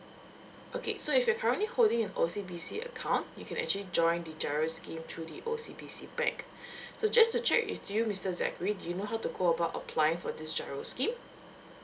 okay so if you're currently holding an O_C_B_C account you can actually join the giro scheme through the O_C_B_C bank so just to check with you mister zachary do you know how to go about applying for this giro scheme